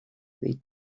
they